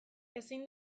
ezin